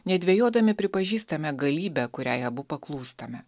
nedvejodami pripažįstame galybę kuriai abu paklūstame